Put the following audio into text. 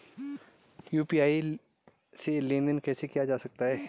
UPI से लेनदेन कैसे किया जा सकता है?